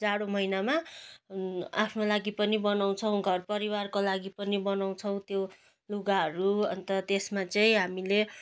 जाडो महिनामा आफ्नो लागि पनि बनाउँछौँ घर परिवारको लागि पनि बनाउँछौँ त्यो लुगाहरू अन्त त्यसमा चाहिँ हामीले